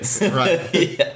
Right